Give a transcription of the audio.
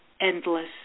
endless